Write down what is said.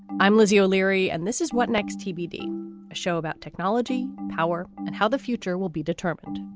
i'm lizzie o'leary and this is what next tbd, a show about technology, power and how the future will be determined.